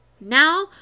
now